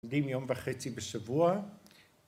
‫עובדים יום וחצי בשבוע.